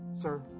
sir